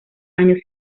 años